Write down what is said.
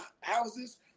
houses